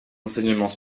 enseignements